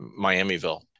Miamiville